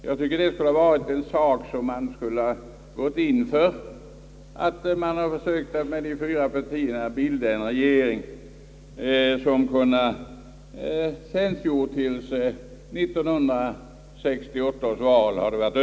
Jag tycker att det skulle ha varit en sak att gå in för; man kunde ha försökt att med de fyra partierna bilda en regering som fått fungera tills 1968 års val genomförts.